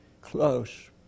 close